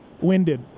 winded